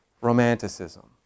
Romanticism